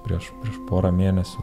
prieš porą mėnesių